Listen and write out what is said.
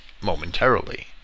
momentarily